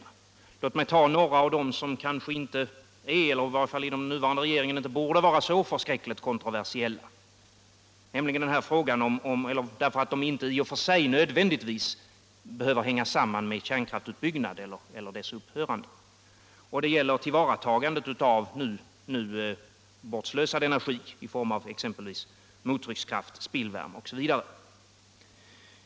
Jag tar då upp några frågor som inte är eller i varje fall inom den nuvarande regeringen inte borde vara så kontroversiella, eftersom de i och för sig inte nödvändigtvis behöver hänga samman med kärnkraftsutbyggnaden eller dess upphörande. Det gäller tillvaratagandet av energi som nu slösas bort, exempelvis mottryckskraft och spillvärme.